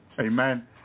Amen